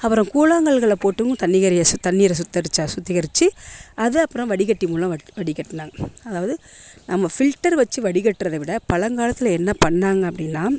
அப்புறம் கூழாங்கற்கள போட்டும் தண்ணிகரிய தண்ணீரை சுத்தரித்தா சுத்திகரித்து அதை அப்புறம் வடிகட்டி மூலம் வ வடிகட்டினாங்க அதாவது நம்ம ஃபில்டர் வச்சு வடிகட்டுறத விட பழங்காலத்தில் என்ன பண்ணாங்க அப்படினா